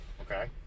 Okay